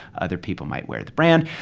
other people might wear the brand.